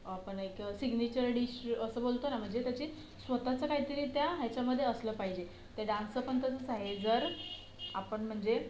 आपण एक signature dish असं बोलतो ना म्हणजे त्याची स्वतःचं काहीतरी त्या ह्याच्यामध्ये असलं पाहिजे ते डान्सचं पण तसंच आहे जर आपण म्हणजे